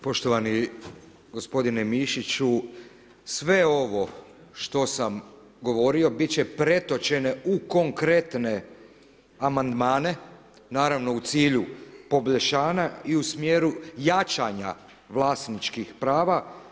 Poštovani gospodine Mišiću, sve ovo što sam govorio bit će pretočene u konkretne amandmane, naravno u cilju poboljšanja i u smjeru jačanja vlasničkih prava.